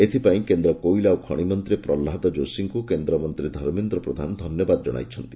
ଏଥ୍ପାଇଁ କେନ୍ଦ୍ର କୋଇଲା ଓ ଖଣି ମନ୍ତୀ ପ୍ରହ୍ଲାଦ ଯୋଶୀଙ୍କୁ କେନ୍ଦ୍ରମନ୍ତୀ ଧର୍ମେନ୍ଦ୍ର ପ୍ରଧାନ ଧନ୍ୟବାଦ ଜଣାଇଛନ୍ତି